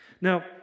Now